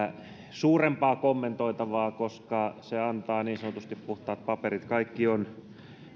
suurempaa kommentoitavaa koska se antaa niin sanotusti puhtaat paperit kaikki on